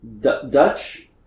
Dutch